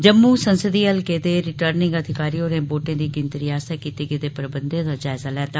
जम्मू संसदी हलके दे रिटर्निंग अधिकारी होरें वोटें दी गिनतरी आस्तै कीते गेदे प्रबंधें दा जायजा लैता